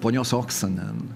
ponios oksanen